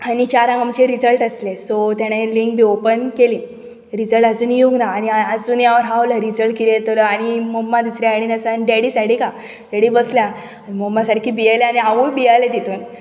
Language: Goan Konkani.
आनी चारांक आमचे रिजल्ट आसले सो ताणें लींक बी ओपन केली रिजल्ट आजून येवंक ना आनी हा आसुनी हांव रावलें रिजल्ट कितें येतलो आनी मम्मा दुसऱ्या आयडीन आसा आन डॅडी सायडीक आसा डॅडी बसला मम्मा सारकी भियेल्या आनी हांवूय भियालें तातूंत